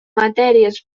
matèries